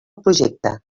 projecte